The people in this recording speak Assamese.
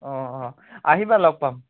অঁ অঁ আহিবা লগ পাম